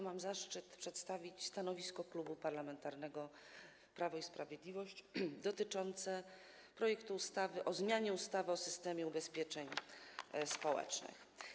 Mam zaszczyt przedstawić stanowisko Klubu Parlamentarnego Prawo i Sprawiedliwość dotyczące projektu ustawy o zmianie ustawy o systemie ubezpieczeń społecznych.